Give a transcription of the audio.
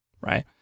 right